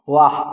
वाह